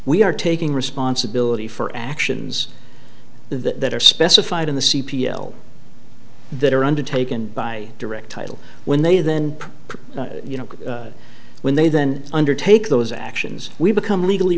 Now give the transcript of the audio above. we are taking responsibility for actions that are specified in the c p l that are undertaken by direct title when they then you know when they then undertake those actions we become legally